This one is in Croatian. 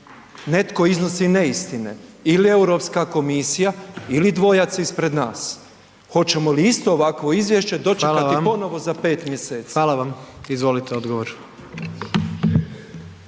Netko iznosi neistine ili Europska komisija ili dvojac ispred nas. Hoćemo li isto ovakvo izvješće dočekati ponovo …/Upadica: Hvala vam./… za